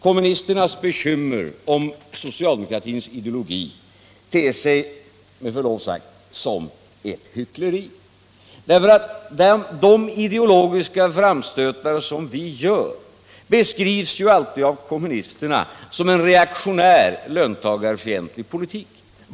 Kommunisternas bekymmer om s0ocialdemokratins ideologi ter sig med förlov sagt som ett hyckleri. De ideologiska framstötar som vi gör beskrivs alltid av kommunisterna som en reaktionär, löntagarfientlig politik.